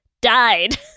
died